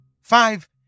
Five